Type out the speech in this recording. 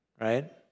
right